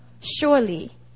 Surely